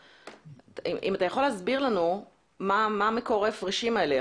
אם אתה יכול להסביר לנו מה מקור ההפרשים האלה.